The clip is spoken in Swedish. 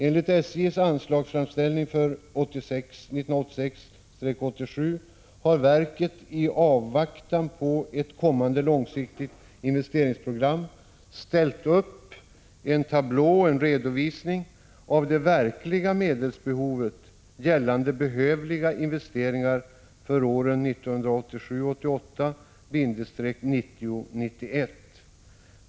Enligt SJ:s anslagsframställning för 1986 88-1990/91.